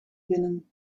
binnen